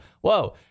whoa